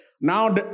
Now